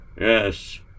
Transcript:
Yes